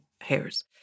hairs